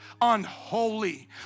unholy